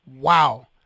wow